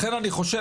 לכן אני חושב,